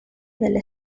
delle